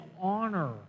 honor